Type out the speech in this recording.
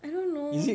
I don't know